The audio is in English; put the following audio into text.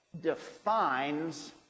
defines